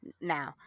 Now